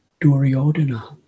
Duryodhana